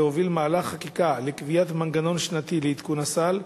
להוביל מהלך חקיקה לקביעת מנגנון שנתי לעדכון הסל,